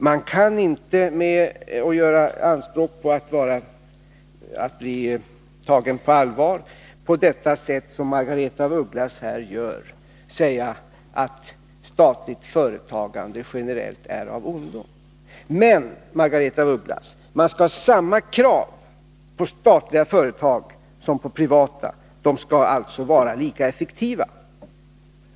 Man kan inte, om man vill göra anspråk på att bli tagen på allvar, på det sätt som Margaretha af Ugglas här gör säga att statligt företagande generellt sett är av ondo. Men, Margaretha af Ugglas, man skall ställa samma krav på statliga företag som på privata. De skall alltså vara lika effektiva.